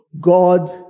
God